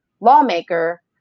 lawmaker